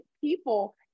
people